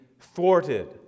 thwarted